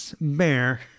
bear